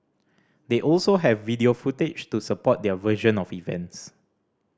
they also have video footage to support their version of events